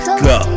go